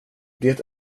det